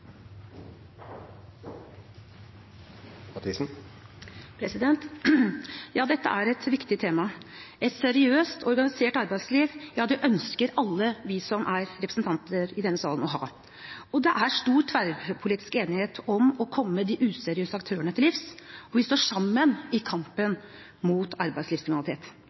et viktig tema. Et seriøst organisert arbeidsliv er det alle vi representanter i denne salen ønsker å ha. Det er stor tverrpolitisk enighet om å komme de useriøse aktørene til livs, og vi står sammen i kampen mot arbeidslivskriminalitet.